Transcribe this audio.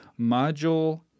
Module